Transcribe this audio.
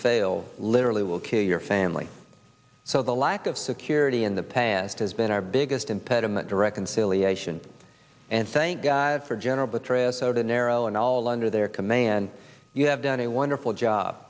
fail literally will kill your family so the lack of security in the past has been our biggest impediment to reconciliation and thank god for general betray us so to narrow in all under their command you have done a wonderful job